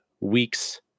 week's